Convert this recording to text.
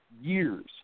years